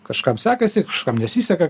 kažkam sekasi kažkam nesiseka